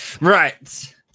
right